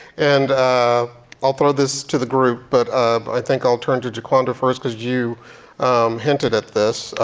and ah i'll throw this to the group, but um i think i'll turn to jaquanda first cause you hinted at this.